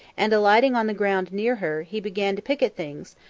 and alighting on the ground near her, he began to pick at things,